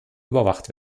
überwacht